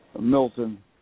Milton